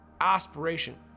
aspiration